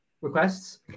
requests